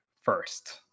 first